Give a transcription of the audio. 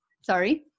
sorry